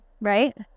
Right